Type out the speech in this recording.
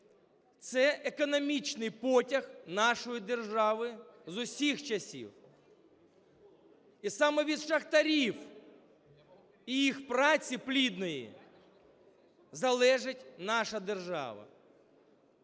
Це економічний потяг нашої держави з усіх часів. І саме від шахтарів і їх праці плідної залежить наша держава.